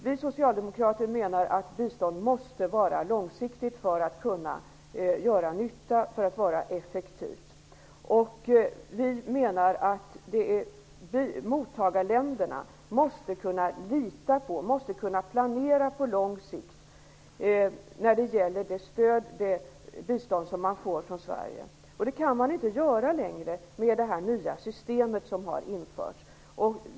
Vi socialdemokrater menar att bistånd måste vara långsiktigt för att det skall göra nytta och vara effektivt. Mottagarländerna måste kunna planera på lång sikt i fråga om det bistånd som de får från Sverige. Det kan de inte göra längre i och med det nya systemet som har införts.